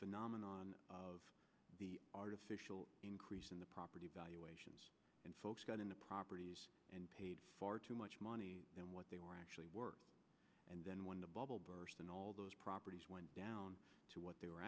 phenomenon of the artificial increase in the property valuations and folks got into property and paid far too much money then what they were actually work and then when the bubble burst and all those properties went down to what they were